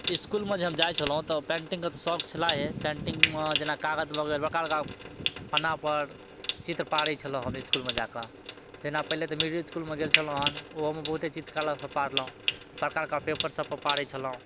इसकुलमे जे हम जाइ छलहुॅं तऽ पेंटिंग के तऽ शौक छलै हेॅं पेन्टिंगमे जेना कागज बगैर प्रकारके पन्ना पर चित्र पारै छलहुॅं हम इसकुलमे जाकऽ जेना पहिले तऽ मिडिल इसकुलमे गेल छलहुॅं हन ओहोमे बहुते चित्रकला सब पारलहुॅं बड़का पेपर सब पर पारै छलहुॅं